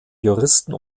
juristen